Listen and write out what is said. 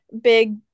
big